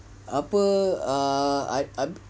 apa ah